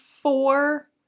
four